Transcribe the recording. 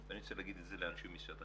רק תבורכו על כך כי מערכת החינוך,